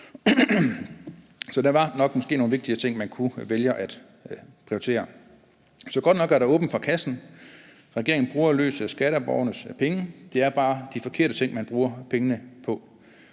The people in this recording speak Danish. Så der var nok måske nogle vigtigere ting, man kunne vælge at prioritere. Så godt nok er der åbnet for kassen – regeringen bruger løs af skatteborgernes penge. Det er bare de forkerte ting, man bruger pengene på.